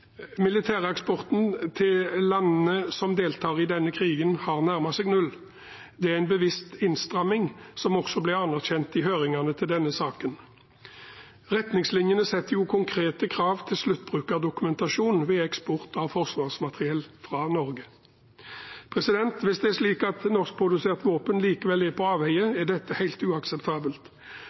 denne krigen, har nærmet seg null med en bevisst innstramming, som også ble anerkjent i høringene til denne saken. Retningslinjene setter konkrete krav til sluttbrukerdokumentasjon ved eksport av forsvarsmateriell fra Norge. Hvis det er slik at norskproduserte våpen likevel er på avveier, er dette helt uakseptabelt.